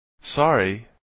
Sorry